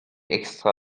extra